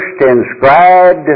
inscribed